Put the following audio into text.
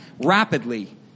rapidly